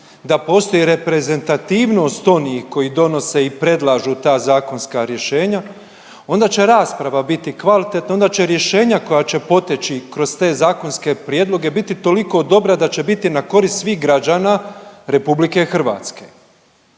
da postoji reprezentativnost onih koji donose i predlažu ta zakonska rješenja, onda će rasprava biti kvalitetna, onda će rješenja koja će poteći kroz te zakonske prijedloge biti toliko dobra da će biti na korist svih građana RH.